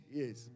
yes